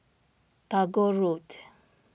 Tagore Road